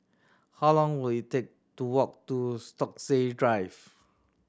how long will it take to walk to Stokesay Drive